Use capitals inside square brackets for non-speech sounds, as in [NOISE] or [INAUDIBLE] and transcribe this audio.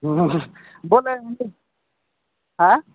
ହୁଁ [UNINTELLIGIBLE]